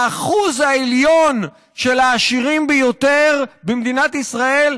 האחוז העליון של העשירים ביותר במדינת ישראל,